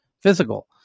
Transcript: physical